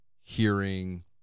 hearing